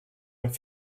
and